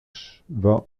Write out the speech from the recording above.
chine